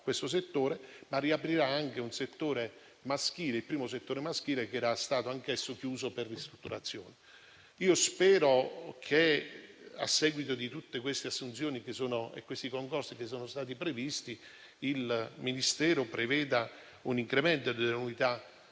una carenza di organico. Riaprirà inoltre il primo settore maschile, che era stato anch'esso chiuso per ristrutturazione. Io spero che, a seguito di tutte queste assunzioni e dei concorsi che sono stati previsti, il Ministero preveda un incremento delle unità